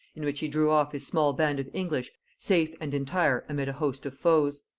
in which he drew off his small band of english safe and entire amid a host of foes.